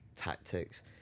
tactics